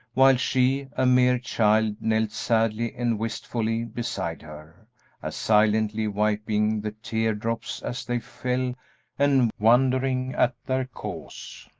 while she, a mere child, knelt sadly and wistfully beside her, as silently wiping the tear-drops as they fell and wondering at their cause.